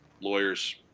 Lawyers